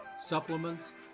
supplements